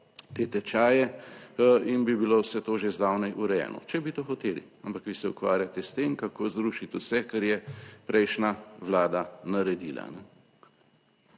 te tečaje in bi bilo vse to že zdavnaj urejeno, če bi to hoteli, ampak vi se ukvarjate s tem kako zrušiti vse, kar je prejšnja vlada naredila.